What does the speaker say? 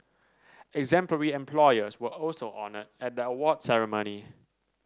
exemplary employers were also honoured at the award ceremony